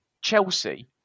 Chelsea